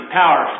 power